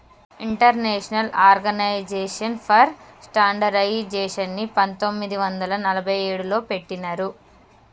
international organisation for స్టాండర్డయిజేషన్ని పంతొమ్మిది వందల నలభై ఏడులో పెట్టినరు